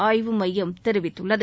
ஆய்வு மையம் தெரிவித்துள்ளது